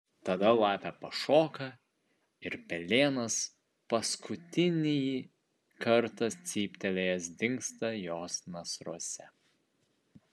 tada lapė pašoka ir pelėnas paskutinį kartą cyptelėjęs dingsta jos nasruose